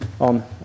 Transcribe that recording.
on